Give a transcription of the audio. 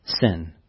sin